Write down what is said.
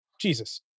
Jesus